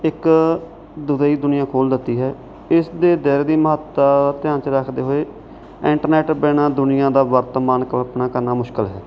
ਇੱਕ ਦੁਨੀਆਂ ਖੋਲ੍ਹ ਦਿੱਤੀ ਹੈ ਇਸ ਦੇ ਦਰ ਦੀ ਮਹੱਤਤਾ ਧਿਆਨ 'ਚ ਰੱਖਦੇ ਹੋਏ ਇੰਟਰਨੈੱਟ ਬਿਨਾਂ ਦੁਨੀਆਂ ਦਾ ਵਰਤਮਾਨ ਕਲਪਨਾ ਕਰਨਾ ਮੁਸ਼ਕਲ ਹੈ